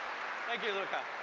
thank you, luca.